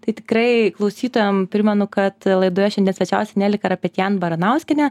tai tikrai klausytojam primenu kad laidoje šiandien svečiavosi neli karapetjan baranauskienė